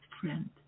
friend